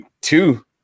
two